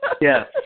Yes